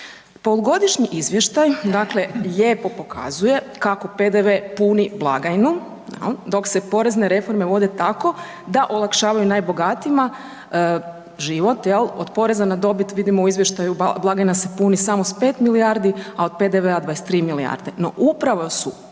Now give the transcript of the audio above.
Polugodišnji izvještaj, dakle lijepo pokazuje kako PDV puni blagajnu, je li, dok se porezne reforme vode tako da olakšavaju najbogatijima život, je li, od poreza na dobit, vidimo u izvještaju, blagajna se puni samo s 5 milijardi, a od PDV-a 23 milijarde. No, upravo su